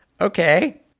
okay